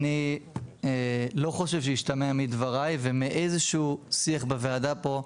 אני לא חושב שהשתמע מדבריי או מאיזשהו שיח בוועדה פה,